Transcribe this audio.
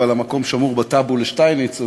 אבל המקום שמור בטאבו לשטייניץ,